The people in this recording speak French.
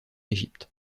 égypte